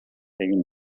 egin